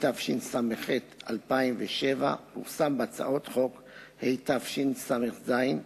התשס"ח 2007, פורסם בהצעות חוק התשס"ז,